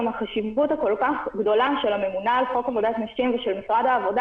החשיבות הכל כך גדולה של הממונה על חוק עבודת נשים ושל משרד העבודה,